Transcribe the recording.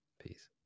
Peace